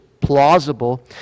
plausible